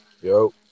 Yo